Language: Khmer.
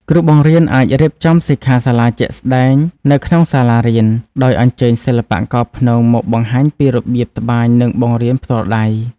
គ្រូបង្រៀនអាចរៀបចំសិក្ខាសាលាជាក់ស្តែងនៅក្នុងសាលារៀន ដោយអញ្ជើញសិល្បករព្នងមកបង្ហាញពីរបៀបត្បាញនិងបង្រៀនផ្ទាល់ដៃ។